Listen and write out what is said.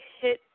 hit